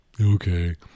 Okay